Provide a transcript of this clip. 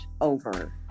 over